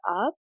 up